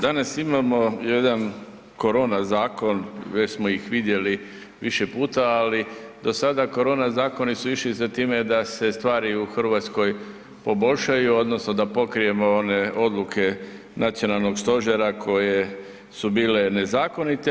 Danas imamo jedan korona zakon, već smo ih vidjeli više puta, ali do sada korona zakoni su išli za time da se stvari u Hrvatskoj poboljšaju odnosno da pokrijemo one odluke Nacionalnog stožera koje su bile nezakonite.